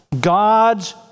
God's